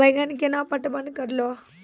बैंगन केना पटवन करऽ लो?